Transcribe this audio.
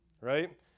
Right